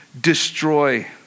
destroy